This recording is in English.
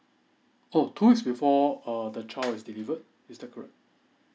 oh two weeks before err the child is delivered is that correct